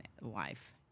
life